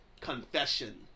confession